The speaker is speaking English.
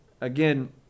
Again